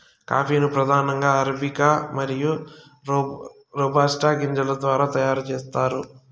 coffee ను ప్రధానంగా arabica మరియు రోబస్టా గింజల ద్వారా తయారు చేత్తారు